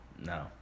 No